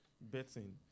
betting